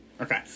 Okay